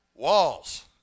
walls